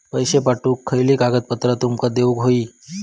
पैशे पाठवुक खयली कागदपत्रा तुमका देऊक व्हयी?